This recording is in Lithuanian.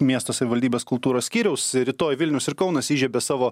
miesto savivaldybės kultūros skyriaus rytoj vilniaus ir kaunas įžiebia savo